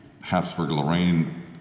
Habsburg-Lorraine